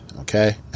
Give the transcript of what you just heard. Okay